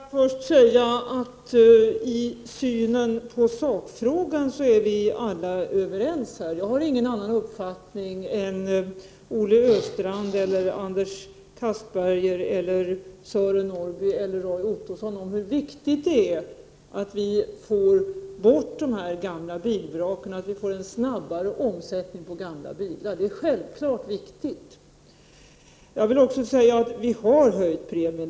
Herr talman! Får jag första säga att i synen på sakfrågan är vi alla överens. Jag har ingen annan uppfattning än Olle Östrand, Anders Castberger, Sören Norrby eller Roy Ottosson om hur viktigt det är att vi får bort dessa gamla bilvrak och får en snabbare omsättning på gamla bilar. Det är självfallet mycket viktigt. Jag vill vidare säga att vi har höjt premien.